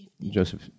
Joseph